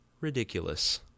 ridiculous